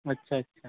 अच्छा अच्छा